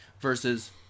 versus